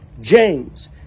James